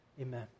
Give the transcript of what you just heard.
Amen